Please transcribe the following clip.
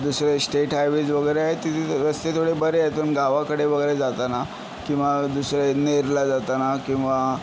दुसरे state highways वगैरे आहेत तिथे तर रस्ते थोडे बरे आहेत पण गावाकडे वगैरे जाताना किंवा दुसऱ्या नेरला जाताना किंवा